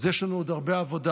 אז יש לנו עוד הרבה עבודה.